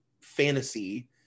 fantasy